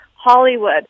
Hollywood